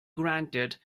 granted